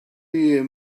year